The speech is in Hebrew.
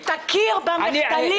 אבל שהמדינה תכיר במחדלים שלה עצמה.